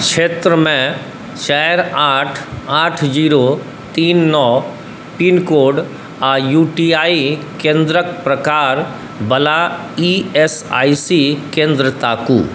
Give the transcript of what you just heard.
क्षेत्रमे चारि आठ आठ जीरो तीन नओ पिनकोड आ यू टी आई केन्द्रक प्रकारवला ई एस आई सी केन्द्र ताकू